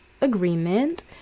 agreement